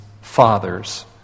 fathers